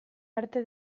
arte